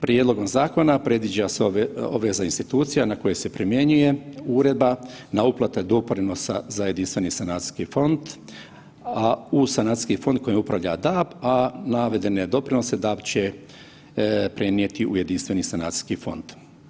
Prijedlogom zakona predviđa se obveza institucija na koje se primjenjuje uredba, na uplate doprinosa za jedinstveni sanacijski fond, a u sanacijski fond kojim upravlja DAB, a navedene doprinose DAB će prenijeti u jedinstveni sanacijski fond.